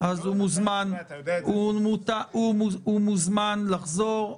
הוא מוזמן לחזור.